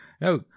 no